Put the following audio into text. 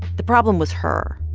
the problem was her.